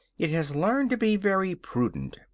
it has learned to be very prudent,